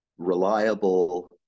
reliable